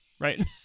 Right